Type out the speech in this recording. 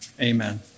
Amen